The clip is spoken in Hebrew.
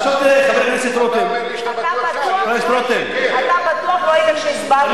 אתה אומר לי שאתה בטוח אתה בטוח לא היית כשהסברתי את,